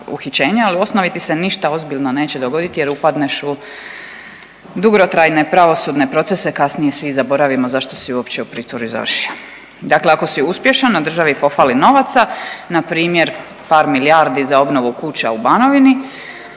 ali u osnovi ti se ništa ozbiljno neće dogoditi jer upadneš u dugotrajne pravosudne procese. Kasnije svi zaboravimo zašto si uopće u pritvoru i završio. Dakle, ako si uspješan a državi pohvali novaca npr. par milijardi za obnovu kuća u Banovini